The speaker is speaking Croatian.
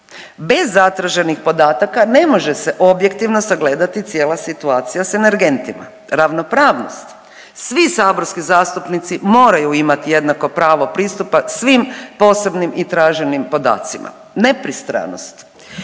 Bez zatraženih podataka ne može se objektivno sagledati cijela situacija sa energentima. Ravnopravnost. Svi saborski zastupnici moraju imati jednako pravo pristupa svim posebnim i traženim podacima. Nepristranost.